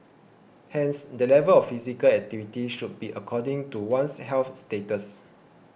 hence the level of physical activity should be according to one's health status